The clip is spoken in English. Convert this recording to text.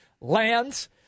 lands